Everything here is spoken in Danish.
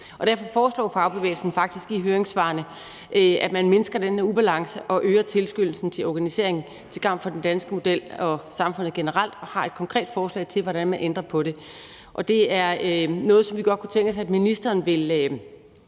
derfor foreslår fagbevægelsen faktisk i høringssvarene, at man mindsker denne ubalance, og at man øger tilskyndelsen til organiseringen til gavn for den danske model og samfundet generelt, og de har et konkret forslag til, hvordan man ændrer på det. Det er noget, som vi godt kunne tænke os at ministeren